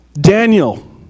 Daniel